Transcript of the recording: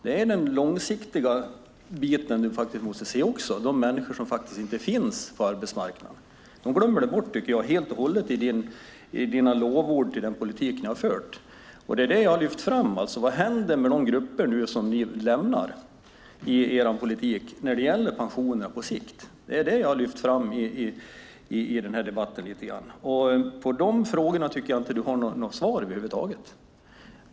Det är den långsiktiga bit du också måste se: de människor som faktiskt inte finns på arbetsmarknaden. Dem tycker jag att du glömmer bort helt och hållet i dina lovord till den politik ni har fört. Det är detta jag har lyft fram. Vad händer nu med de grupper som ni med er politik lämnar när det gäller pensioner på sikt? Det är det jag har lyft fram lite grann i denna debatt. Denna fråga tycker jag inte att du har svarat på över huvud taget.